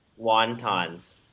wontons